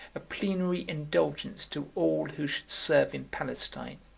a plenary indulgence to all who should serve in palestine,